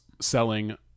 selling